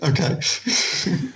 okay